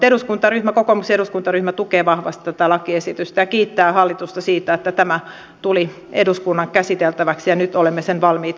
mutta kokoomuksen eduskuntaryhmä tukee vahvasti tätä lakiesitystä ja kiittää hallitusta siitä että tämä tuli eduskunnan käsiteltäväksi ja nyt olemme sen valmiit hyväksymään